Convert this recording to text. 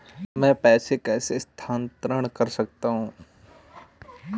मैं पैसे कैसे स्थानांतरण कर सकता हूँ?